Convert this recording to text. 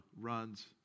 runs